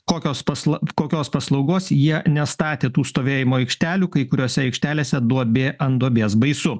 kokios paslau kokios paslaugos jie nestatė tų stovėjimo aikštelių kai kuriose aikštelėse duobė an duobės baisu